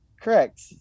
Correct